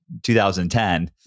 2010